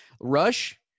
Rush